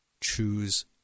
choose